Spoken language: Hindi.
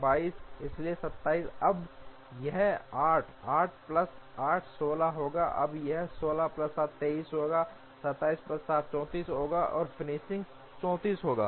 22 इसलिए 27 अब यह 8 8 प्लस 8 16 होगा अब यह 16 प्लस 7 23 27 प्लस 7 34 होगा और फिनिश 34 होगा